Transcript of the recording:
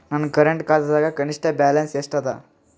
ನನ್ನ ಕರೆಂಟ್ ಖಾತಾದಾಗ ಕನಿಷ್ಠ ಬ್ಯಾಲೆನ್ಸ್ ಎಷ್ಟು ಅದ